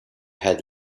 had